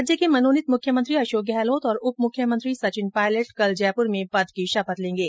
राज्य के मनोनीत मुख्यमंत्री अशोक गहलोत और उप मुख्यमंत्री सचिन पायलट कल जयपुर में पद की शपथ लेगें